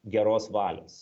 geros valios